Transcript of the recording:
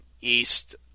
East